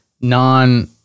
non